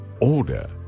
order